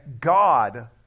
God